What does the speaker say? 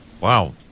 Wow